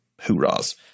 Hoorahs